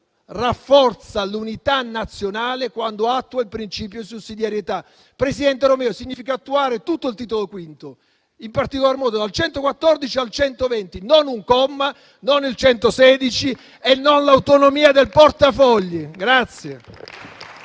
rafforza l'unità nazionale quando attua il principio di sussidiarietà. Presidente Romeo, ciò significa attuare tutto il Titolo V, in particolar modo dall'articolo 114 al 120; non un comma, non l'articolo 116 e non l'autonomia del portafogli.